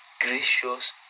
Gracious